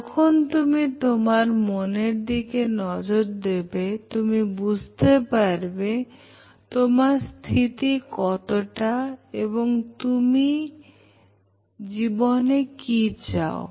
যখন তুমি তোমার মনের দিকে নজর দেবে তুমি বুঝতে পারবে তোমার স্থিতি কতটা এবং তুমি জীবনে কি চাও